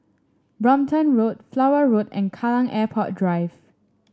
Brompton Road Flower Road and Kallang Airport Drive